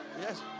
yes